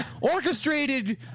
orchestrated